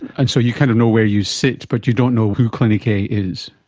and so you kind of know where you sit but you don't know who clinic a is.